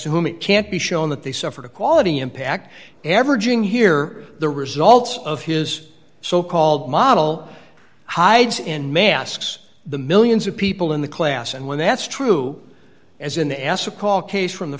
to whom it can't be shown that they suffered a quality impact averaging here the results of his so called model hides in masks the millions of people in the class and when that's true as in the asacol case from